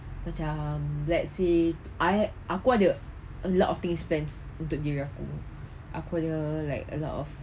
macam let's say I aku ada a lot of thing spent untuk diri aku aku ada like a lot of